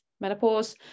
menopause